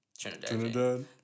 Trinidad